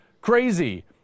Crazy